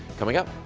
coming up.